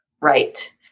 Right